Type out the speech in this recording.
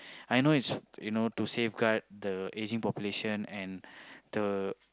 I know is you know to safeguard the ageing population and the